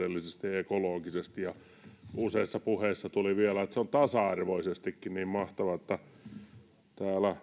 hieno se on sosiaalisesti taloudellisesti ekologisesti ja useissa puheissa tuli vielä että se on tasa arvoisestikin niin mahtava että täällä